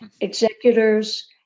executors